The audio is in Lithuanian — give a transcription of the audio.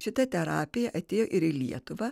šita terapija atėjo ir į lietuvą